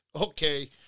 Okay